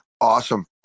Awesome